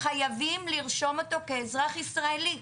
חייבים לרשום אותו כאזרח ישראלי,